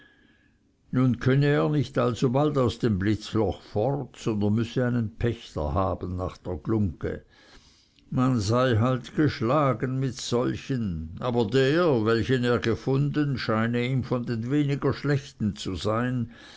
nun könne er nicht alsbald aus dem blitzloch fort sondern müsse einen pächter haben auf der glungge man sei halt geschlagen mit solchen aber der welchen er gefunden scheine ihm von den weniger schlechten zu sein